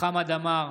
חמד עמאר,